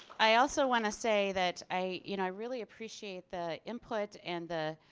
i also want to say that i you know really appreciate the input and the